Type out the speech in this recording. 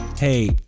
Hey